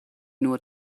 nur